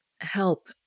help